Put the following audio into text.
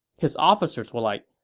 his officers were like,